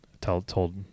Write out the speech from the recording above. told